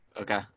Okay